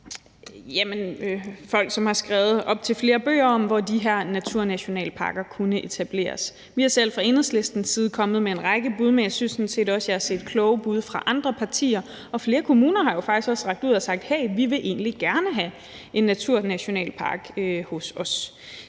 folk, som har skrevet op til flere bøger om, hvor de her naturnationalparker kunne etableres. Vi er selv fra Enhedslistens side kommet med en række bud, men jeg synes sådan set også, at jeg har set kloge bud fra andre partiers side, og flere kommuner har jo faktisk også rakt ud og sagt: Hey, vi vil egentlig gerne have en naturnationalpark hos os.